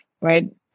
right